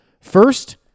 First